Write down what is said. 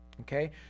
Okay